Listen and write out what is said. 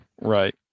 right